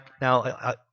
now